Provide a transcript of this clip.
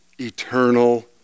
eternal